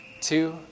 Two